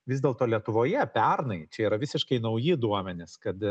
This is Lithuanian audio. vis dėlto lietuvoje pernai čia yra visiškai nauji duomenys kad